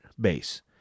base